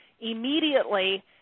immediately